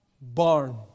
barn